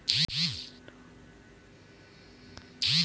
कन्हार माटी म गन्ना लगय सकथ न का?